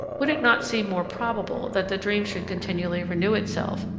would it not seem more probable that the dream should continually renew itself,